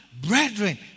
brethren